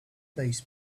these